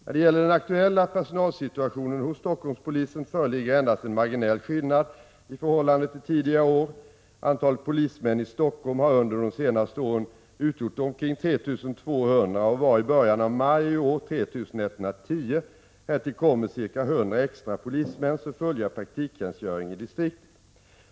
När det gäller den aktuella personalsituationen hos Stockholmspolisen föreligger endast en marginell skillnad i förhållande till tidigare år. Antalet polismän i Stockholm har under de senaste åren utgjort omkring 3 200 och var i början av maj i år 3 110. Härtill kommer ca 100 extra polismän som fullgör praktiktjänstgöring i distriktet.